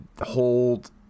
hold